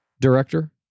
Director